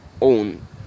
own